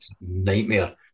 nightmare